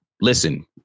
listen